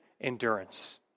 endurance